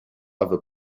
other